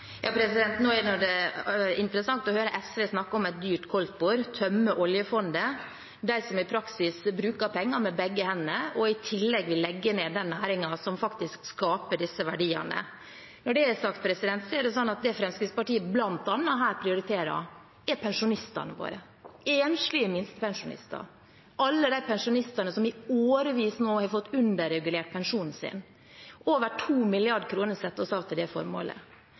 Nå er det interessant å høre SV snakke om et dyrt koldtbord og å tømme oljefondet, de som i praksis bruker penger med begge hender og i tillegg vil legge ned den næringen som faktisk skaper disse verdiene. Når det er sagt: Det Fremskrittspartiet bl.a. prioriterer her, er pensjonistene våre: enslige minstepensjonister og alle de pensjonistene som i årevis har fått underregulert pensjonen sin. Over 2 mrd. kr setter vi av til det formålet.